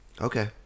Okay